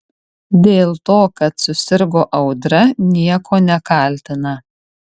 dėl to kad susirgo audra nieko nekaltina